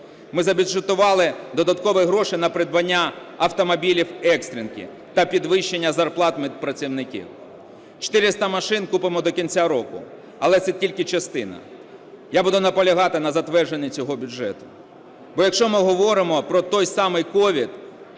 Ми забюджетували додаткові гроші на придбання автомобілів екстренки та підвищення зарплат медпрацівників. 400 машин купимо до кінця року, але це тільки частина. Я буду наполягати на затвердженні цього бюджету. Бо якщо ми говоримо про той самий СOVID,